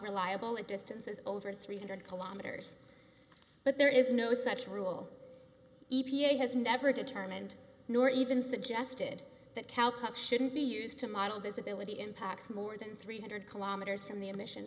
reliable at distances over three hundred kilometers but there is no such rule e p a has never determined nor even suggested that tel cut shouldn't be used to model visibility impacts more than three hundred kilometers from the emission